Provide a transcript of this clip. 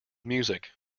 music